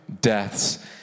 deaths